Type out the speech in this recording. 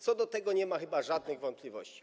Co do tego nie ma chyba żadnych wątpliwości.